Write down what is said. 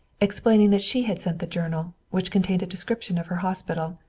explaining that she had sent the journal, which contained a description of her hospital.